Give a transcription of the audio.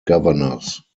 governors